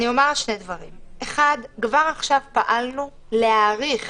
כבר עכשיו פעלנו להאריך